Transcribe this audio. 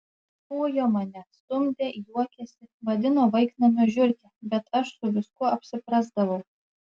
ujo mane stumdė juokėsi vadino vaiknamio žiurke bet aš su viskuo apsiprasdavau